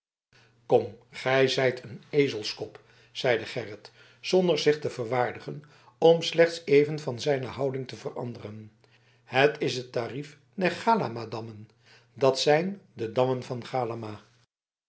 kom gij zijt een ezelskop zeide gerrit zonder zich te verwaardigen slechts even zijn houding te veranderen het is het tarief der galamadammen dat zijn de dammen van galama